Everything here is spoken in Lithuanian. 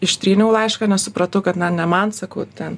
ištryniau laišką nes supratau kad na ne man sakau ten